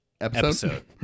episode